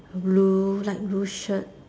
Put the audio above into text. blue light blue shirt